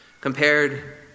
compared